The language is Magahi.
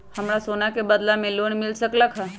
हमरा सोना के बदला में लोन मिल सकलक ह?